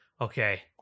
Okay